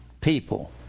people